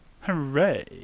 Hooray